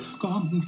come